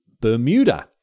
Bermuda